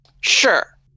Sure